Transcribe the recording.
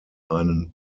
einen